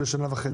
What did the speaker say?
של שנה וחצי.